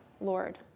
Lord